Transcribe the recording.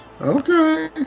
Okay